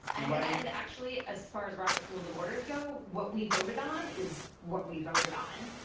and and actually, as far as roberts rules of order go, what we voted on is what we voted on.